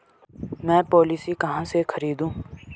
मैं पॉलिसी कहाँ से खरीदूं?